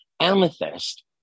Amethyst